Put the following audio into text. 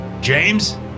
James